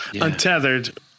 untethered